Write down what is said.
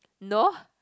no